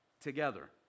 together